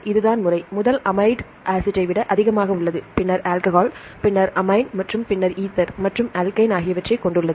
இதுதான் முறை முதல் அமைடு ஆசிட் ஐ விட அதிகமாக உள்ளது பின்னர் ஆல்கஹால் பின்னர் அமீன் மற்றும் பின்னர் ஈதர் மற்றும் அல்கேன் ஆகியவற்றைக் கொண்டுள்ளது